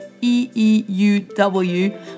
E-E-U-W